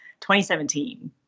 2017